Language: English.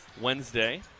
Wednesday